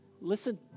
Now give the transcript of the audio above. Listen